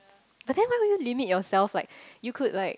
but then why would you limit yourself like you could like